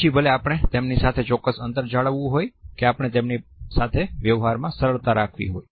પછી ભલે આપણે તેમની સાથે ચોક્કસ અંતર જાળવવું હોય કે આપણે તેમની સાથે વ્યવહાર માં સરળતા રાખવી હોય